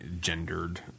gendered